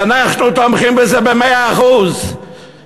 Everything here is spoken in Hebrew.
ואנחנו תומכים בזה במאה אחוז,